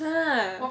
!huh!